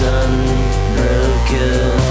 unbroken